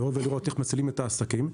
לבוא ולראות איך מצילים את העסקים.